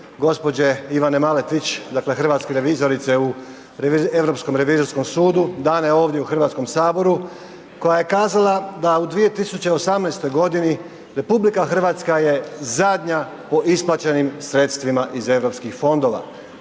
gđe. Ivane Maletić, dakle hrvatske revizorice u Europskom revizorskom sudu dane ovdje u HS koja je kazala da u 2018.g. RH je zadnja po isplaćenim sredstvima iz Europskih fondova,